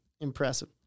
impressive